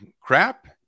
crap